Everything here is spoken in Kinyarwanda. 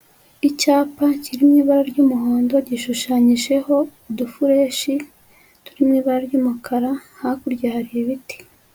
Icyapa kiri mu ibara ry'umuhondo gishushanyijeho udufureshi turi mu ibara ry'umukara, hakurya hari ibiti.